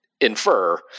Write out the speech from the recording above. Infer